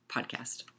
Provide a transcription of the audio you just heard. podcast